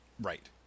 Right